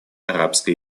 арабской